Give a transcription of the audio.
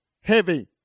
heavy